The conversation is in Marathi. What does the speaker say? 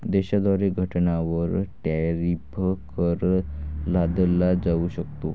देशाद्वारे घटकांवर टॅरिफ कर लादला जाऊ शकतो